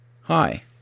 hi